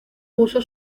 puso